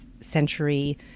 century